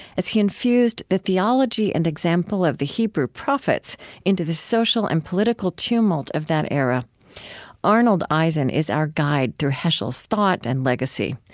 as he infused the theology and example of the hebrew prophets into the social and political tumult of that era arnold eisen is our guide through heschel's thought and legacy.